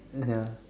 ya sia